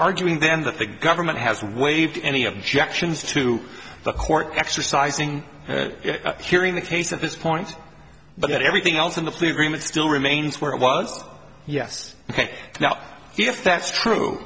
arguing then that the government has waived any objections to the court exercising hearing the case at this point but everything else in the plea agreement still remains where it was yes ok now if that's true